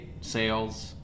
sales